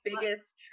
biggest